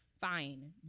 fine